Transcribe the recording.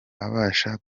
abasha